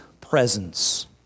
presence